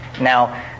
Now